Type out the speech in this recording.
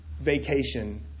vacation